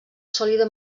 sòlida